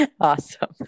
Awesome